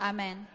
Amen